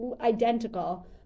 identical